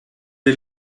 est